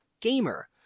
Gamer